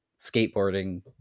skateboarding